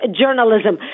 journalism